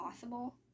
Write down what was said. possible